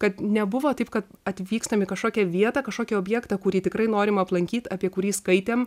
kad nebuvo taip kad atvykstam į kažkokią vietą kažkokį objektą kurį tikrai norim aplankyt apie kurį skaitėm